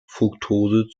fruktose